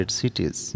cities